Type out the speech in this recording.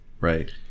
Right